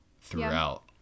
throughout